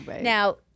Now